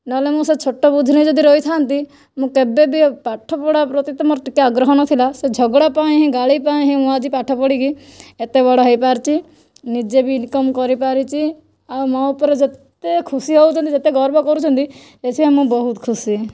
ନହେଲେ ମୁଁ ସେ ଛୋଟ ବୁଦ୍ଧିରେ ହିଁ ଯଦି ରହିଥାନ୍ତି ମୁଁ କେବେ ବି ପାଠପଢ଼ା ପ୍ରତି ତ ମୋର ଟିକେ ବି ଆଗ୍ରହ ନଥିଲା ସେ ଝଗଡ଼ା ପାଇଁ ହିଁ ଗାଳି ପାଇଁ ହିଁ ମୁଁ ଆଜି ପାଠ ପଢ଼ିକି ଏତେ ବଡ଼ ହୋଇପାରିଛି ନିଜେ ବି ଇନକମ୍ କରିପାରିଛି ଆଉ ମୋ ଉପରେ ଯେତେ ଖୁସି ହେଉଛନ୍ତି ଯେତେ ଗର୍ବ କରୁଛନ୍ତି ଏଥିପାଇଁ ମୁଁ ବହୁତ ଖୁସି